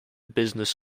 business